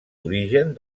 origen